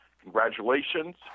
Congratulations